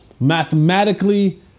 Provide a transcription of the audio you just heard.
mathematically